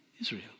Israel